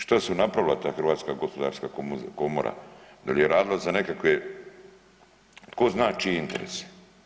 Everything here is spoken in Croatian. Šta su napravila ta Hrvatska gospodarska komora jel je radila za nekakve tko zna čije interese.